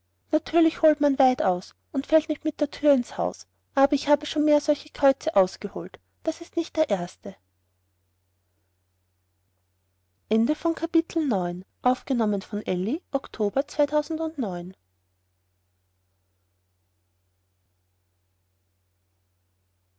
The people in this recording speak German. natürlich holt man weit aus und fällt nicht mit der türe ins haus aber ich habe schon mehr solche käuze ausgeholt es ist nicht der erste